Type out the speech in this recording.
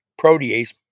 protease